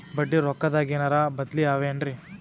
ಬಡ್ಡಿ ರೊಕ್ಕದಾಗೇನರ ಬದ್ಲೀ ಅವೇನ್ರಿ?